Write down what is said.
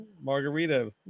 margarita